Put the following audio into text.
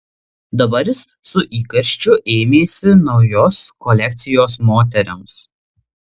dabar jis su įkarščiu ėmėsi naujos kolekcijos moterims